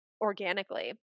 organically